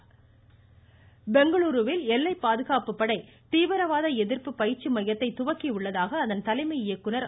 மிஸ்ரா பெங்களுருவில் எல்லை பாதுகாப்பு படை தீவிரவாத எதிர்ப்பு பயிற்சி மையத்தை துவக்கியுள்ளதாக அதன் தலைமை இயக்குனர் திரு